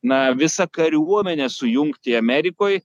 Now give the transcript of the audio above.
na visą kariuomenę sujungti amerikoj